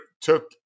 took